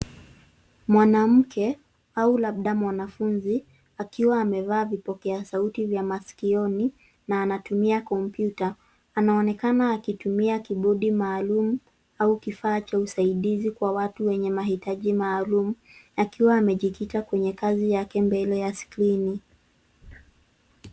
Mwanamke au labda mwanafunzi akiwa amevaa vipokea sauti vya masikioni na anatumia kompyuta. Anaonekana akutumia kidude maalum au kifaa cha usaidizi kwa watu wenye mahitaji maalum akiwa amejikita kwenye kazi yake mbele ya skrini.